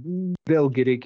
vėlgi reikia